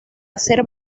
hacer